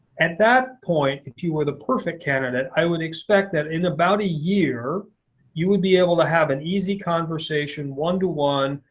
at that point, if you were the perfect candidate, i would expect that in about a year you would be able to have an easy conversation one to one,